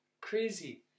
Crazy